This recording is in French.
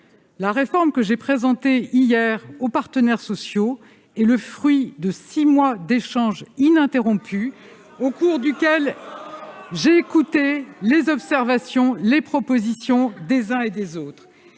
La réforme que j'ai présentée hier aux partenaires sociaux est le fruit de six mois d'échanges ininterrompus au cours desquels j'ai écouté les observations, les propositions des uns et des autres.